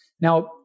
Now